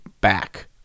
back